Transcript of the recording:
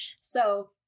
So-